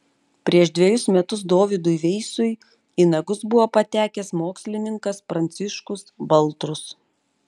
prieš dvejus metus dovydui veisui į nagus buvo patekęs mokslininkas pranciškus baltrus